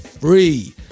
free